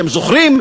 אתם זוכרים?